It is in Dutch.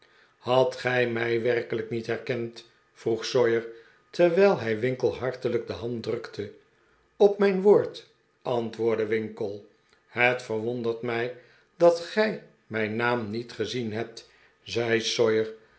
hadt gij mij werkelijk niet herkend vroeg sawyer terwijl hij winkle hartelijk de hand drukte op mijn woord antwoordde winkle het verwondert mij dat gij mijn naam niet gezien hebt zei